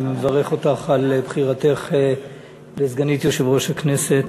אני מברך אותך על בחירתך לסגנית יושב-ראש הכנסת.